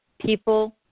People